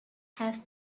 have